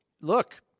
look